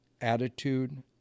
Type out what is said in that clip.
attitude